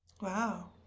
Wow